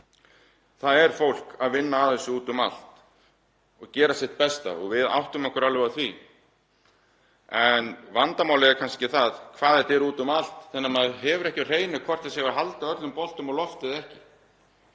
Það er fólk að vinna að þessu úti um allt og gera sitt besta og við áttum okkur alveg á því. En vandamálið er kannski það hvað þetta er úti um allt þannig að maður hefur ekki á hreinu hvort það sé verið að halda öllum boltum á lofti eða ekki.